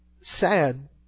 sad